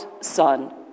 Son